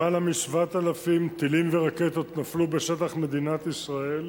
למעלה מ-7,000 טילים ורקטות נפלו בשטח מדינת ישראל,